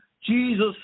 Jesus